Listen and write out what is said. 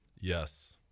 Yes